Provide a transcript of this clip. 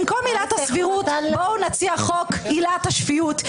במקום עילת הסבירות בואו נציע חוק עילת השפיות.